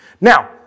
Now